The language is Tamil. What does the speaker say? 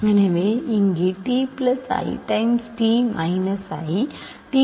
எனவே இங்கே t plus i times t minus i t square plus 1 ஆக உள்ளது